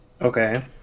okay